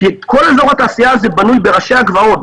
כי כל אזור התעשייה הזה בנוי בראשי הגבעות,